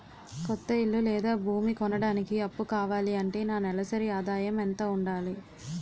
కొత్త ఇల్లు లేదా భూమి కొనడానికి అప్పు కావాలి అంటే నా నెలసరి ఆదాయం ఎంత ఉండాలి?